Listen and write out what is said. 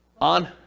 On